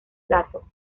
plato